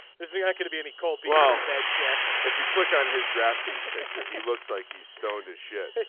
there's not going to be any cold body bed check if you click on his draft kings picture. he looks like he's stoned as shit.